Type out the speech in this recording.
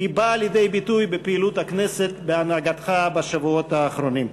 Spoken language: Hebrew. באה לידי ביטוי בפעילות הכנסת בהנהגתך בשבועות האחרונים.